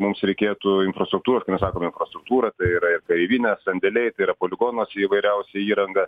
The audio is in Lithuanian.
mums reikėtų infrastruktūros kai mes sakome infrastruktūra tai yra ir kareivinės sandėliai tai yra poligonas įvairiausia įranga